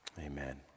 Amen